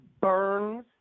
burns